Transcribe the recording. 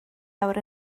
awr